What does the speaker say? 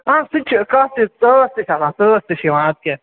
آ سُہ تہِ چھُ ژاس ژاس تہِ چھےٚ آسان تٍر تہِ چھِ یِوان اَدٕ کیٛاہ